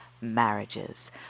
marriages